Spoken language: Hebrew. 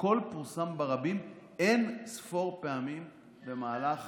הכול פורסם ברבים אין-ספור פעמים במהלך